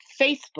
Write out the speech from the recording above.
Facebook